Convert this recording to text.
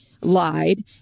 lied